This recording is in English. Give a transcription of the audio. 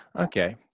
Okay